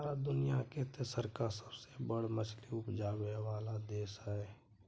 भारत दुनिया के तेसरका सबसे बड़ मछली उपजाबै वाला देश हय